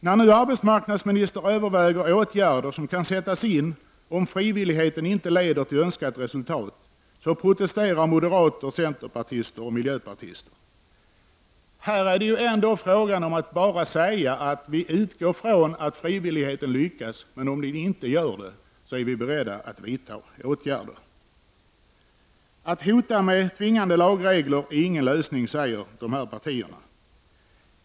När nu arbetsmarknadsministern överväger åtgärder som kan sättas in om frivilligheten inte leder till önskat resultat, så protesterar moderater, centerpartister och miljöpartister. Här är det ändå bara fråga om att säga, att vi om frivilligheten mot vår förmodan misslyckas är beredda att vidta åtgärder. Att hota med tvingande lagregler är ingen lösning, säger dessa partier.